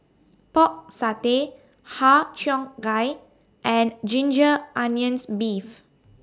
Pork Satay Har Cheong Gai and Ginger Onions Beef